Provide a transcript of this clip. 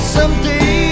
Someday